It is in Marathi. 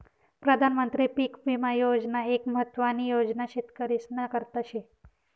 प्रधानमंत्री पीक विमा योजना एक महत्वानी योजना शेतकरीस्ना करता शे